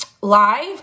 live